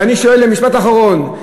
ואני שואל, משפט אחרון,